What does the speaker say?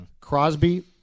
Crosby